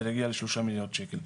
על מנת להגיע לשלושה מיליון שקל.